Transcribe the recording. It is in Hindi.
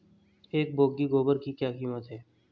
एक बोगी गोबर की क्या कीमत है?